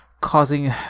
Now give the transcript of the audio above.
Causing